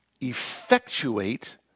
effectuate